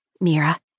Mira